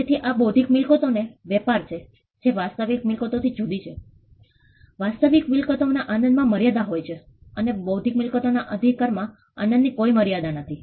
તેથી આ બૌદ્ધિક મિલકતોનો વેપાર છે જે વાસ્તવિક મિલકતો થી જુદી છે વાસ્તવિક મિલકતો ના આનંદ માં મર્યાદા હોય છે અને બૌદ્ધિક મિલકતોના અધિકાર માં આનંદ ની કોઈ મર્યાદા નથી